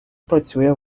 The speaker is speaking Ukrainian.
працює